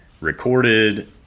recorded